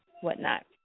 whatnot